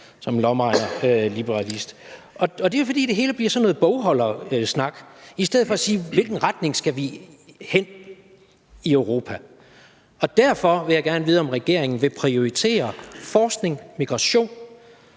som en lommeregnerliberalist. Og det er, fordi det hele bliver sådan noget bogholdersnak i stedet for at sige, hvilken retning vi skal i i Europa. Derfor vil jeg gerne vide, om regeringen vil prioritere forskning, migration